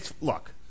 look